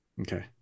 Okay